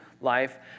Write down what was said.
life